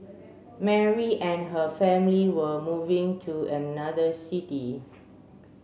Mary and her family were moving to another city